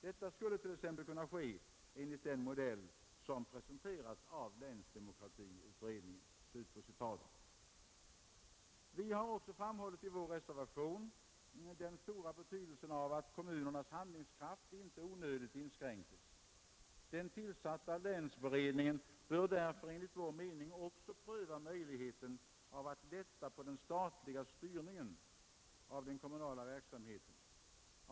Detta skulle t.ex. kunna ske enligt den modell som presenterats av länsdemokratiutredningen.” Vi har i vår reservation också framhållit den stora betydelsen av att kommunernas handlingskraft inte onödigtvis inskränkes. Den tillsatta länsberedningen bör därför enligt vår mening också pröva möjligheten att lätta på den statliga styrningen av den kommunala verksamheten.